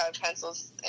pencils